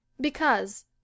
Because